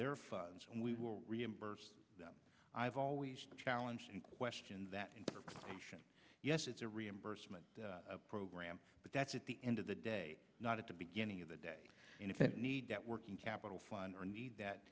their funds and we will reimburse them i've always challenge the question that interpretation yes it's a reimbursement program but that's at the end of the day not at the beginning of the day and if you need that working capital fund or need that